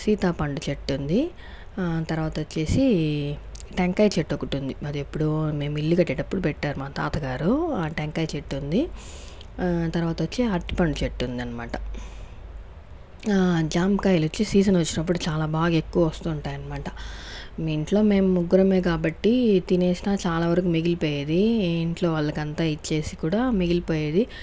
సీతా పండు చెట్టు ఉంది తర్వాత వచ్చేసి టెంకాయ చెట్టు ఒకటి ఉంది అది ఎప్పుడో మేము ఇల్లు కట్టేటప్పుడు పెట్టారు మా తాతగారు ఆ టెంకాయ చెట్టు ఉంది తర్వాత వచ్చి అరటిపండు చెట్టు ఉంది అనమాట జామకాయలు వచ్చి సీజన్ వచ్చినప్పుడు చాలా బాగా ఎక్కువ వస్తుంటాయి అనమాట ఇంట్లో మేము ముగ్గురమే కాబట్టి తినేసిన చాలా వరకు మిగిలిపోయేది ఇంట్లో వాళ్లకు అంత ఇచ్చేసి కూడా మిగిలిపోయేది